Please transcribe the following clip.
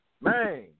Man